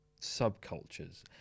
subcultures